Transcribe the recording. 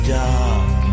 dark